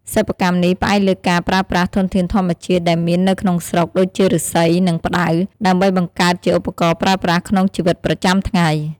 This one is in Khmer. សិប្បកម្មនេះផ្អែកលើការប្រើប្រាស់ធនធានធម្មជាតិដែលមាននៅក្នុងស្រុក ដូចជាឬស្សី និងផ្តៅ ដើម្បីបង្កើតជាឧបករណ៍ប្រើប្រាស់ក្នុងជីវិតប្រចាំថ្ងៃ។